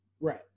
Right